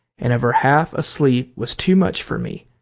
and of her half asleep was too much for me.